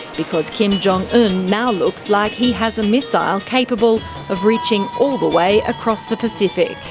because kim jong-un now looks like he has a missile capable of reaching all the way across the pacific.